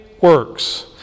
works